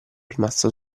rimasto